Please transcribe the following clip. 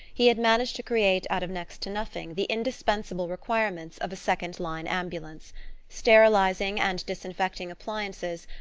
he had managed to create out of next to nothing the indispensable requirements of a second-line ambulance sterilizing and disinfecting appliances,